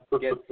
get